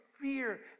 fear